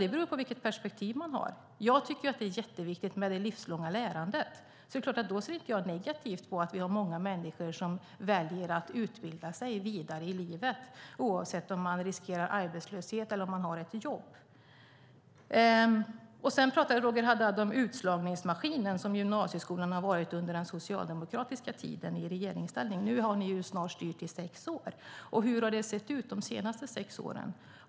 Det beror på vilket perspektiv man har. Jag tycker att det livslånga lärandet är viktigt. Det är klart att jag då inte ser det som negativt att vi har många människor som väljer att vidareutbilda sig, oavsett om de riskerar att bli arbetslösa eller har jobb. Sedan talade Roger Haddad om den utslagningsmaskin som gymnasieskolan varit under den socialdemokratiska regeringstiden. Nu har ni styrt i snart sex år, Roger Haddad, och hur har det sett ut de senaste sex åren?